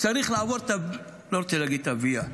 צריך לעבור, לא רוצה להגיד את הוויה,